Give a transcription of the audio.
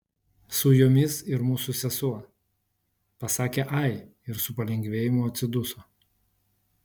su jomis ir mūsų sesuo pasakė ai ir su palengvėjimu atsiduso